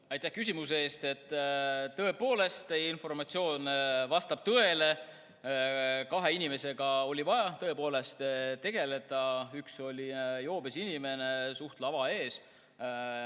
Aitäh küsimuse eest! Tõepoolest, teie informatsioon vastab tõele. Kahe inimesega oli vaja tegeleda, üks oli joobes inimene suht lava ees